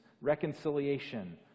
reconciliation